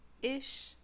ish